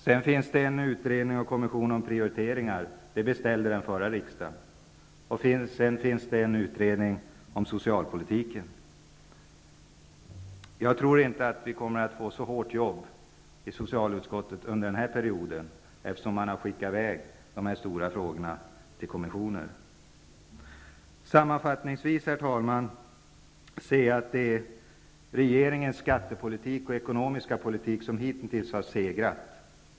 Det finns vidare en kommission som utreder frågan om prioriteringar. Det var något som beställdes av den förra riksdagen. Vidare finns det en utredning om socialpolitiken. Jag tror inte att vi kommer att få så mycket hårt arbete i socialutskottet under den här mandatperioden, eftersom de stora frågorna har hänvisats till kommissioner. Herr talman! Jag anser att det är regeringens skatte och ekonomiska politik som hitintills har segrat.